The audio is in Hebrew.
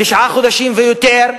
תשעה חודשים ויותר,